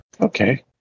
Okay